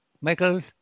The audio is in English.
Michael